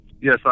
Yes